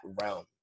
realm